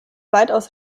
weitaus